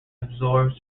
absorbs